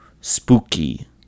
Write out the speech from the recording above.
Spooky